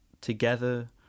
together